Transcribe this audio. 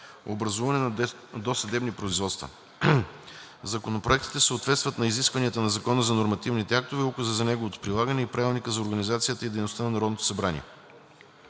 образуване на досъдебни производства. Законопроектите съответстват на изискванията на Закона за нормативните актове, Указа за неговото прилагане и Правилника за организацията и дейността на Народното събрание.